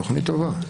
תוכנית טובה.